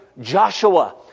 Joshua